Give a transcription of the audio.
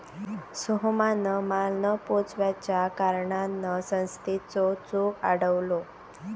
सोहमान माल न पोचवच्या कारणान संस्थेचो चेक अडवलो